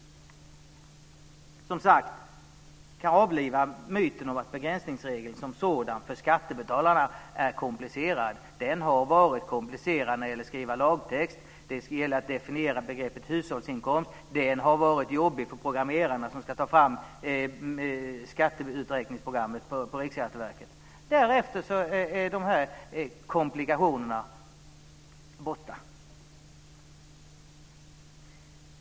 Vi kan alltså avliva myten om att begränsningsregeln som sådan är komplicerad för skattebetalarna. Det har varit komplicerat att skriva lagtexten. Det gällde att definiera begreppet hushållsinkomst. Och det har varit jobbigt för programmerarna på Riksskatteverket som ska ta fram skatteuträkningsprogrammet. Därefter är dessa komplikationer borta.